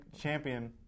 Champion